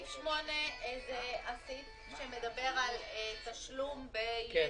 ולכן כל מה שאנחנו מבקשים כאן בתשלום ביתר,